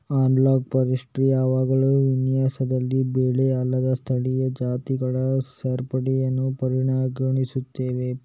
analogue forestry ಯಾವಾಗಲೂ ವಿನ್ಯಾಸದಲ್ಲಿ ಬೆಳೆ ಅಲ್ಲದ ಸ್ಥಳೀಯ ಜಾತಿಗಳ ಸೇರ್ಪಡೆಯನ್ನು ಪರಿಗಣಿಸುತ್ತದೆ